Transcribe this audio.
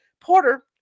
Porter